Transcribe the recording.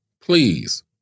Please